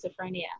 schizophrenia